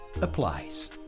applies